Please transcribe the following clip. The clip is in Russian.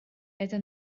это